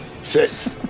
Six